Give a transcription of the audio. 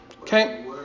Okay